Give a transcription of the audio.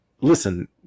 Listen